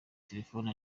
telephone